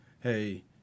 hey